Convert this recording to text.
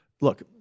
look